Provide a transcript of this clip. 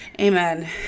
amen